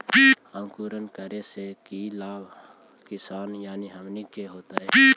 अंकुरण करने से की लाभ किसान यानी हमनि के होतय?